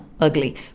ugly